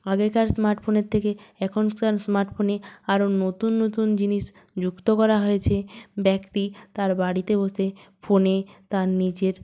আগেকার স্মার্টফোনের থেকে এখনকার স্মার্টফোনে আরও নতুন নতুন জিনিস যুক্ত করা হয়েছে ব্যাক্তি তার বাড়িতে বসে ফোনে তার নিজের